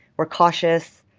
we're cautious.